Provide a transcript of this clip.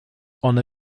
one